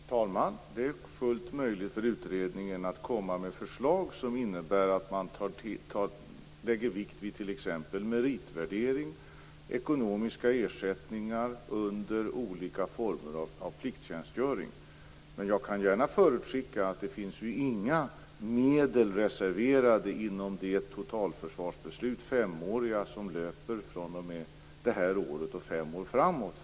Herr talman! Det är fullt möjligt för utredningen att komma med förslag som innebär att man lägger vikt vid t.ex. meritvärdering och ekonomiska ersättningar under olika former av plikttjänstgöring. Jag kan gärna förutskicka att det inte finns några medel för förändringar reserverade inom det femåriga totalförsvarsbeslut som löper fr.o.m. det här året och fem år framåt.